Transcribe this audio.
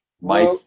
Mike